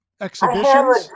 exhibitions